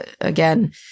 again